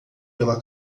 pela